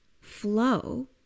flow